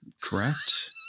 correct